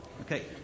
Okay